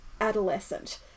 adolescent